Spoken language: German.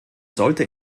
sollte